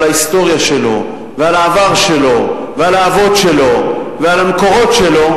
ההיסטוריה שלו ועל העבר שלו ועל האבות שלו ועל המקורות שלו,